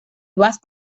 vas